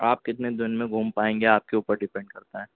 آپ کتنے دن میں گھوم پائیں گے آپ کے اوپر ڈیپینڈ کرتا ہے